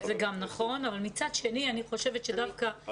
זה גם נכון אבל מצד שני אני חושבת שאם